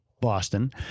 Boston